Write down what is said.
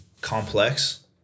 Complex